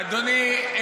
אדוני,